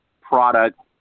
product